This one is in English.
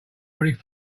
already